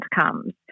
comes